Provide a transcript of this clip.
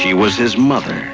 she was his mother